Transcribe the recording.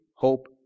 hope